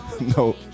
No